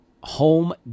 home